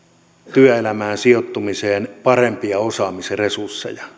työelämään sijoittumiseen parempia osaamisresursseja